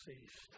ceased